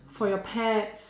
for your pets